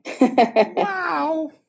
Wow